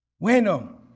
Bueno